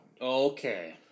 Okay